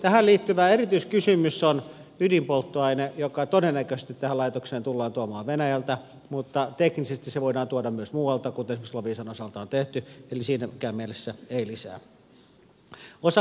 tähän liittyvä erityiskysymys on ydinpolttoaine joka todennäköisesti tähän laitokseen tullaan tuomaan venäjältä mutta teknisesti se voidaan tuoda myös muualta kuten esimerkiksi loviisan osalta on tehty eli siinäkään mielessä ei lisää